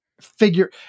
figure